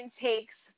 takes